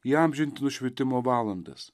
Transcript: įamžinti nušvitimo valandas